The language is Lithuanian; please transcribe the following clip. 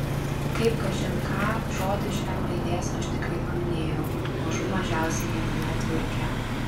kaip kažin ką žodį iš m raidės aš tikrai paminėjau mažų mažiausiai viename atviruke